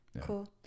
Cool